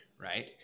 right